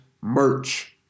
merch